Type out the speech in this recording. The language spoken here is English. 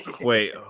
Wait